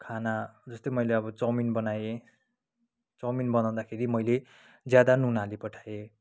खाना जस्तै मैले अब चाउमिन बनाए चाउमिन बनाउँदाखेरि मैले ज्यादा नुन हाली पठाएँ